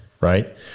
right